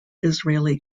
israeli